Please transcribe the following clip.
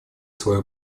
свою